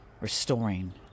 Restoring